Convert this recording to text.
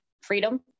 freedom